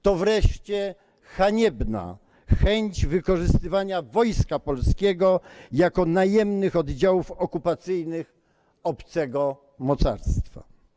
To wreszcie haniebna chęć wykorzystywania Wojska Polskiego jako najemnych oddziałów okupacyjnych obcego mocarstwa.